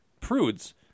prudes